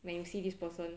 when you see this person